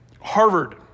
Harvard